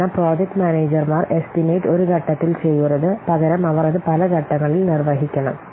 കാരണം പ്രോജക്റ്റ് മാനേജർമാർ എസ്റ്റിമേറ്റ് ഒരു ഘട്ടത്തിൽ ചെയ്യരുത് പകരം അവർ അത് പല ഘട്ടങ്ങളിൽ നിർവഹിക്കണം